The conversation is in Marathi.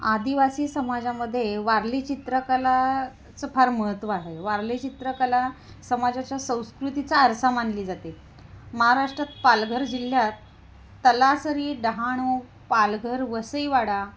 आदिवासी समाजामध्ये वारली चित्रकलाचं फार महत्त्व आहे वारली चित्रकला समाजाच्या संस्कृतीचा आरसा मानली जाते महाराष्ट्रात पालघर जिल्ह्यात तलासरी डहाणू पालघर वसईवाडा